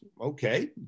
okay